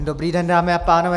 Dobrý den, dámy a pánové.